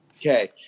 Okay